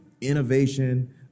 innovation